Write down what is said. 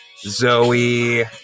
Zoe